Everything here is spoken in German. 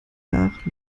nach